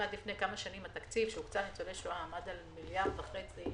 אם עד לפני כמה שנים התקציב שהוקצב לניצולי שואה עמד על מיליארד שקלים,